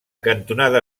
cantonada